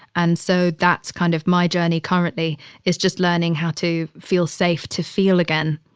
and so that's kind of my journey currently is just learning how to feel safe to feel again.